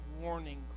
warning